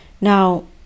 Now